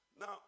Now